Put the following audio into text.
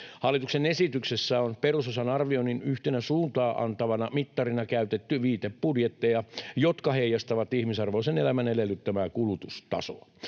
Hallituksen esityksessä on perusosan arvioinnin yhtenä suuntaa antavana mittarina käytetty viitebudjetteja, jotka heijastavat ihmisarvoisen elämän edellyttämää kulutustasoa.